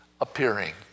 appearing